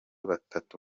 batatu